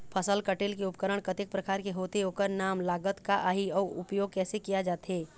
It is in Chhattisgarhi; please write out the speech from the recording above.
फसल कटेल के उपकरण कतेक प्रकार के होथे ओकर नाम लागत का आही अउ उपयोग कैसे किया जाथे?